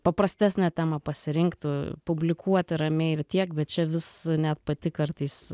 paprastesnę temą pasirinktų publikuoti ramiai ir tiek bet čia vis net pati kartais